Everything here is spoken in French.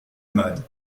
mode